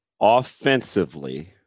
Offensively